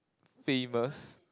famous